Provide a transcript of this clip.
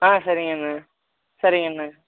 ஆ சரிங்க அண்ணன் சரிங்க அண்ணன்